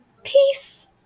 peace